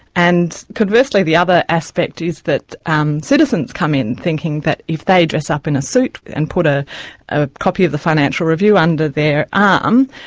and conversely, the other aspect is that um citizens come in, thinking that if they dress up in a suit and put a a copy of the financial review under their arm,